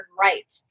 right